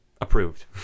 approved